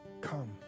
come